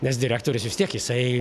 nes direktorius vis tiek jisai